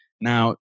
Now